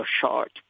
short